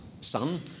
son